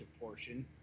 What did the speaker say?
portion